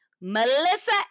Melissa